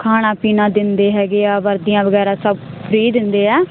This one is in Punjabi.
ਖਾਣਾ ਪੀਣਾ ਦਿੰਦੇ ਹੈਗੇ ਆ ਵਰਦੀਆਂ ਵਗੈਰਾ ਸਭ ਫਰੀ ਦਿੰਦੇ ਆ